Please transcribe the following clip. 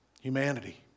humanity